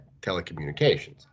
Telecommunications